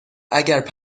اگر